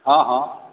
हँ हँ